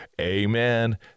Amen